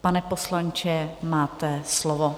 Pane poslanče, máte slovo.